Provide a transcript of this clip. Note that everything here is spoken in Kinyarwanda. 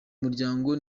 muryango